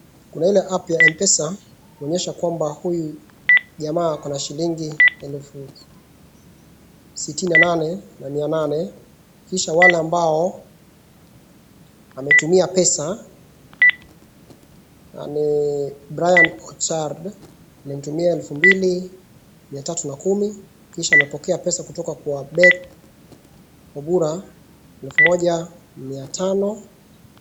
Kuna hile app ya Mpesa huonyesha kwamba huyu jamaa ako na shilingi elfu sitini na nane na mia nane. Kisha wale ambao ametumia pesa, ame Brian Ochard amemtumia elfu mbili mia tatu na kumi kisha anapokea pesa kutoka kwa Beth Obura elfu moja mia tano.